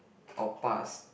our past